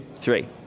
three